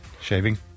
Shaving